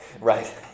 Right